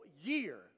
year